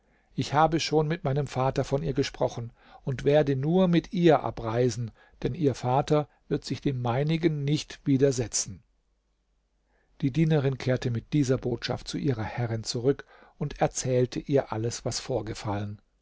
ich habe schon mit meinem vater von ihr gesprochen und werde nur mit ihr abreisen denn ihr vater wird sich dem meinigen nicht widersetzen die dienerin kehrte mit dieser botschaft zu ihrer herrin zurück und erzählte ihr alles was vorgefallen